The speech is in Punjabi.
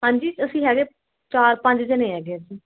ਹਾਂਜੀ ਅਸੀਂ ਹੈਗੇ ਚਾਰ ਪੰਜ ਜਣੇ ਹੈਗੇ ਅਸੀਂ